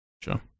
Sure